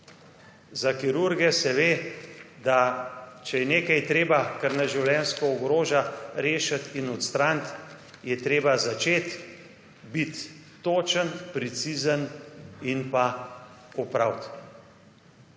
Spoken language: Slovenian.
Za kirurge se ve, da če je nekaj treba, kar nas življenjsko ogroža, rešiti in odstraniti, je treba začeti biti točen, precizen in pa opraviti.